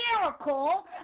miracle